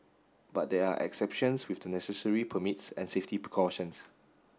but there are exceptions with the necessary permits and safety precautions